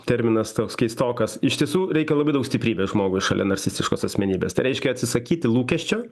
terminas toks keistokas iš tiesų reikia labai daug stiprybės žmogui šalia narcistiškos asmenybės tai reiškia atsisakyti lūkesčio